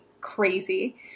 crazy